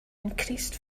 increased